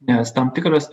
nes tam tikras